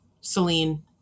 Celine